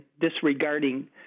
disregarding